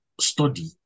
study